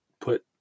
put